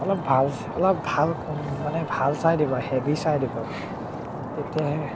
অলপ ভাল অলপ ভাল মানে ভাল চাই দিব হেভী চাই দিব তেতিয়াহে